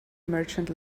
merchant